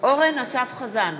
אורן אסף חזן,